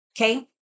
Okay